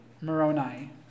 Moroni